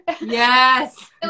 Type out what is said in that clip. Yes